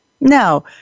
Now